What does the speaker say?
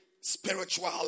spiritual